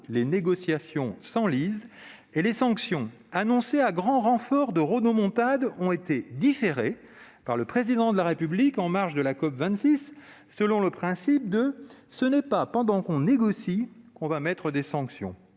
les négociations s'enlisent et les sanctions annoncées à grand renfort de rodomontades ont été différées par le Président de la République en marge de la COP26, selon le principe suivant lequel ce n'est pas pendant que l'on négocie que l'on va infliger des sanctions,